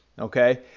okay